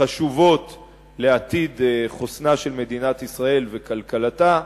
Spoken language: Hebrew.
חשובות לעתיד חוסנה של מדינת ישראל וכלכלתה,